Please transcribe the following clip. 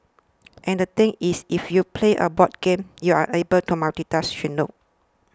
and the thing is if you play a board game you are able to multitask she notes